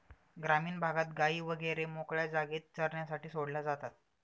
ग्रामीण भागात गायी वगैरे मोकळ्या जागेत चरण्यासाठी सोडल्या जातात